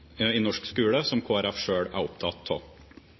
i norsk skole som Kristelig Folkeparti selv er opptatt av.